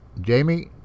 Jamie